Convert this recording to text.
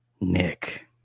Nick